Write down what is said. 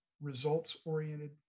results-oriented